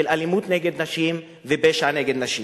של אלימות נגד נשים ופשע נגד נשים.